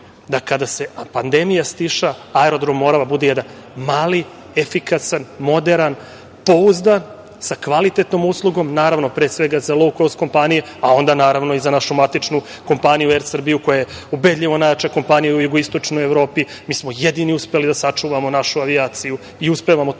da kada se pandemija stiša aerodrom „Morava“ bude jedan mali, efikasan, moderan, pouzdan, sa kvalitetnom uslugom, naravno, pre svega, za lou kost kompanije, a onda naravno i za našu matičnu kompaniju „Er Srbiju“ koja je ubedljivo najjača kompanija u jugoistočnoj Evropi. Mi smo jedini uspeli da sačuvamo našu avijaciju i uspevamo to i